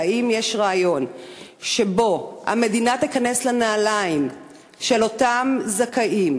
והאם יש רעיון שהמדינה תיכנס לנעליים של אותם זכאים,